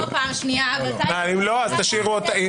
זו לא פעם השנייה --- אם זה לא, אז תשאירו אותה.